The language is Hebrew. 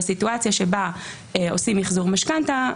בסיטואציה שבה עושים מחזור משכנתה,